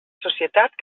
societat